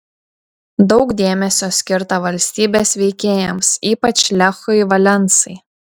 daug dėmesio skirta valstybės veikėjams ypač lechui valensai